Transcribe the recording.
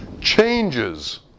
changes